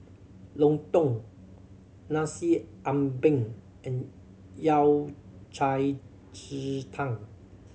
lontong Nasi Ambeng and Yao Cai ji tang